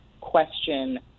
question